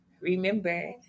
Remember